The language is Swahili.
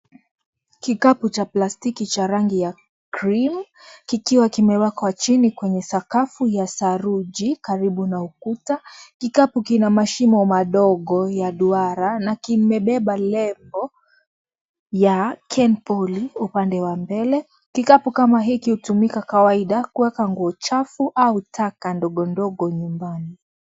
Kikapu cha plastiki cha rangi ya cream kikiwa kimewekwa chini kwenye sakafu ya saruji karibu na ukuta. Kikapu kina mashimo madogo ya duara na kimebeba lebo ya Kenball upande wa mbele. Kikapu kama hiki hutumika kawaida kuweka nguo chafu au taka ndogo ndogo nyumbani.